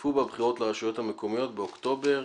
שהשתתפו בבחירות לרשויות המקומיות באוקטובר